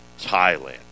Thailand